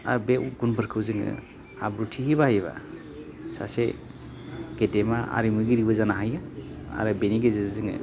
आरो बे गुनफोरखौ जोङो आब्रुथियै बाहायोबा सासे गेदेमा आरिमुगिरिबो जानो हायो आरो बेनि गेजेरजों जोङो